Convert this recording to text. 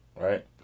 right